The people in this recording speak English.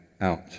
out